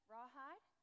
Rawhide